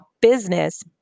business